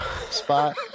spot